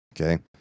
Okay